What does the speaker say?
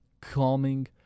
calming